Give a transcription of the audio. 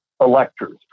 electors